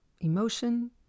emotion